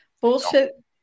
Bullshit